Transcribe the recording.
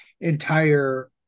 entire